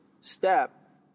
step